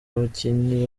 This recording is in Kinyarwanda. abakinnyi